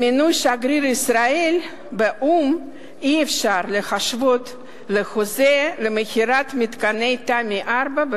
את מינוי שגריר ישראל באו"ם אי-אפשר להשוות לחוזה למכירת מתקני "תמי 4"